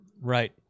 Right